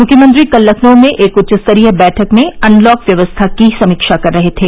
मुख्यमंत्री कल लखनऊ में एक उच्च स्तरीय बैठक में अनलॉक व्यवस्था की समीक्षा कर रहे थे